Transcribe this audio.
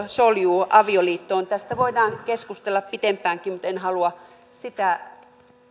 soljuu avioliittoon tästä voidaan keskustella pitempäänkin mutta en halua